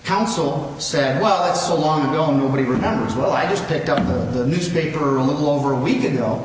counsel said well it's a long ago nobody remembers well i just picked up the newspaper a little over a week ago